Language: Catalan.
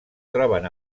troben